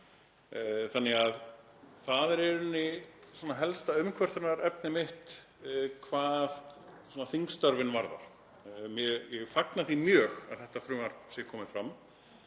Það er í rauninni svona helsta umkvörtunarefni mitt hvað þingstörfin varðar. Ég fagna því mjög að þetta frumvarp sé komið fram,